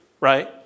right